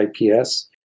IPS